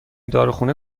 داروخانه